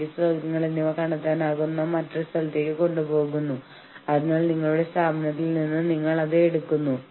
ഒപ്പം അവർ അകത്തു കടന്ന് ഫാക്ടറി അടച്ചുപൂട്ടാനും തീരുമാനിച്ചേക്കാം